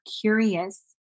curious